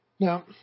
Now